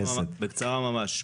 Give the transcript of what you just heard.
בקצרה ממש.